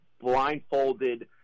blindfolded